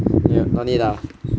need no need lah